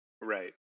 Right